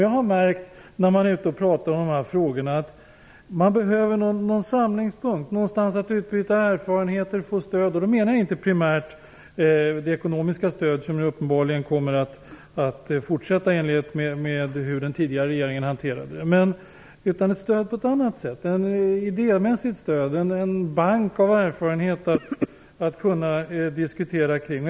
Jag har märkt när jag har pratat om dessa frågor att det behövs en samlingspunkt, någonstans att utbyta erfarenheter och få stöd. Jag menar inte primärt det ekonomiska stöd som uppenbarligen kommer att fortsätta i enlighet med den tidigare regeringens sätt att hantera det hela. Det är fråga om ett stöd på ett annat sätt. Det är ett idémässigt stöd, en bank av erfarenheter att diskutera kring.